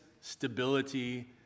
stability